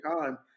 time